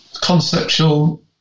conceptual